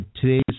today's